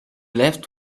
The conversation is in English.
left